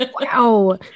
wow